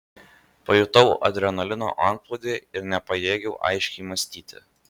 pajutau adrenalino antplūdį ir nepajėgiau aiškiai mąstyti